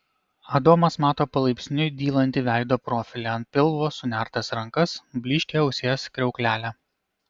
adomas mato palaipsniui dylantį veido profilį ant pilvo sunertas rankas blyškią ausies kriauklelę